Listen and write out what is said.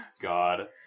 God